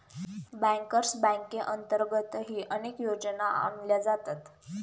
bankers बँकेअंतर्गतही अनेक योजना आणल्या जातात